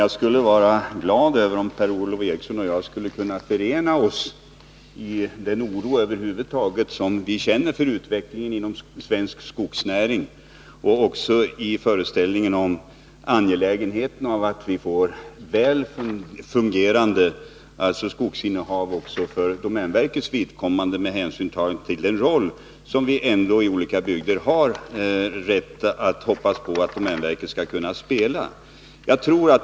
Jag skulle vara glad om Per-Ola Eriksson och jag kunde förena oss i den oro över huvud taget som jag känner för utvecklingen inom svensk skogsnäring och även förena oss om angelägenheten av att vi får ett väl fungerande skogsinnehav också för domänverkets vidkommande, med hänsyn tagen till den roll som vi ändå i olika bygder har rätt att hoppas på att domänverket skall kunna spela.